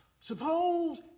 Suppose